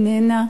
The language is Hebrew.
איננה,